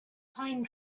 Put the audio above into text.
pine